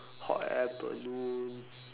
hot air balloon